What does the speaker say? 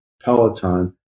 Peloton